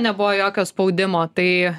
nebuvo jokio spaudimo tai